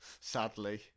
Sadly